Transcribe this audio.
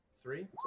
Three